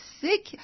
sick